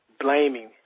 blaming